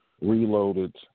Reloaded